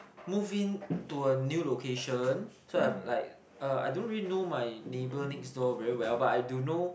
move in to a new location so I've like uh I don't really know my neighbour next door very well but I do know